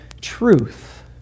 truth